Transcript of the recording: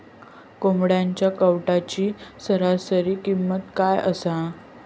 कोंबड्यांच्या कावटाची सरासरी किंमत काय असा?